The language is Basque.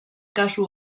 kasu